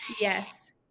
Yes